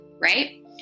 right